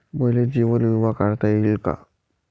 मले जीवन बिमा काढता येईन का?